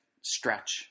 stretch